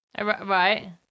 Right